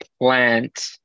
plant